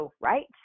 right